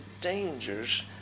dangers